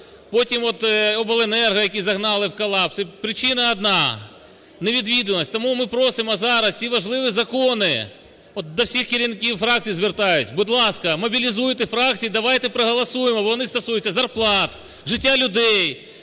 от, обленерго, які загнали в колапс, і причина одна – невідвідуваність. Тому ми просимо зараз ці важливі закони… От до всіх керівників фракцій звертаюсь, будь ласка, мобілізуйте фракції, давайте проголосуємо, бо вони стосуються зарплат, життя людей,